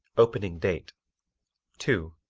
opening date two.